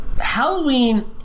Halloween